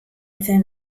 zen